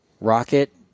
Rocket